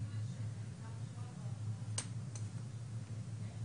-- של העברת כספים,